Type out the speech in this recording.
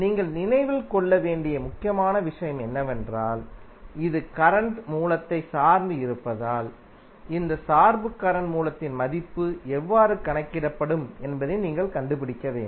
நீங்கள் நினைவில் கொள்ள வேண்டிய முக்கியமான விஷயம் என்னவென்றால் இது கரண்ட் மூலத்தை சார்ந்து இருப்பதால் இந்த சார்பு கரண்ட் மூலத்தின் மதிப்பு எவ்வாறு கணக்கிடப்படும் என்பதை நீங்கள் கண்டுபிடிக்க வேண்டும்